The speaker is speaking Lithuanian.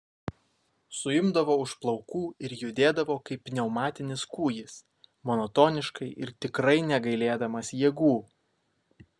suimdavo už plaukų ir judėdavo kaip pneumatinis kūjis monotoniškai ir tikrai negailėdamas jėgų